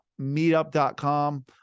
meetup.com